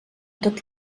tot